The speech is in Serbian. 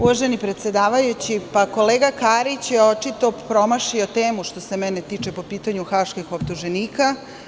Uvaženi predsedavajući, kolega Karić je očito promašio temu što se mene tiče po pitanju haških optuženika.